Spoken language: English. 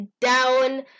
down